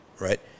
right